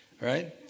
right